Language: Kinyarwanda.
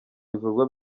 bikorwa